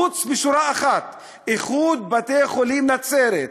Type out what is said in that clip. חוץ משורה אחת: איחוד בתי-חולים בנצרת.